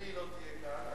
ואם היא לא תהיה כאן?